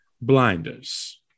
blinders